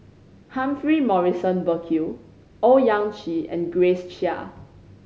Humphrey Morrison Burkill Owyang Chi and Grace Chia